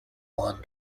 one